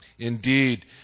Indeed